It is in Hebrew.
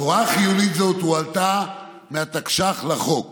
הוראת חיוניות זאת הועלתה מהתקש"ח לחוק